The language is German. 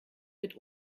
mit